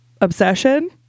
obsession